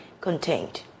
contained